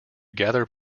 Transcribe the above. gather